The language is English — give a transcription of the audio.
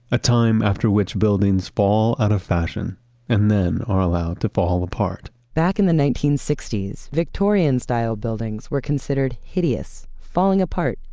a time after which buildings fall out of fashion and then are allowed to fall apart back in the nineteen sixty s, victorian-style buildings were considered hideous, falling apart,